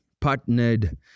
partnered